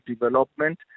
Development